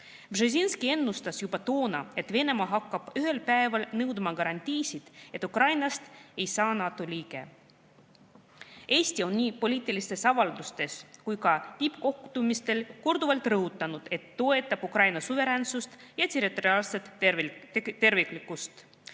Brzezinski ennustas juba toona, et Venemaa hakkab ühel päeval nõudma garantiisid, et Ukrainast ei saa NATO liiget. Eesti on nii poliitilistes avaldustes kui ka tippkohtumistel korduvalt rõhutanud, et toetab Ukraina suveräänsust ja territoriaalset terviklikkust.